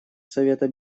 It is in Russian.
совета